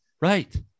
right